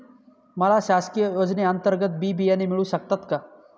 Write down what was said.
मला शासकीय योजने अंतर्गत बी बियाणे मिळू शकतात का?